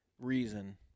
reason